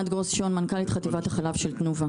מנכ"לית חטיבת החלב של תנובה.